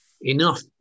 enough